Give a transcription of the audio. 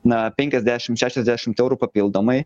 na penkiasdešim šešiasdešimt eurų papildomai